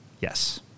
Yes